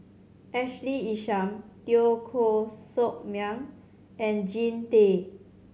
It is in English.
Ashley Isham Teo Koh Sock Miang and Jean Tay